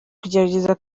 kugerageza